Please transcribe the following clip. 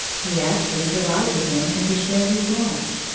he asked them to ride with him and to share his lunch.